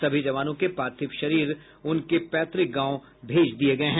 सभी जवानों के पार्थिव शरीर उनके पैत्रक गांव भेज दिये गये हैं